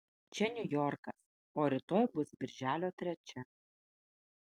čia niujorkas o rytoj bus birželio trečia